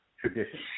tradition